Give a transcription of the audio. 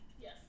Yes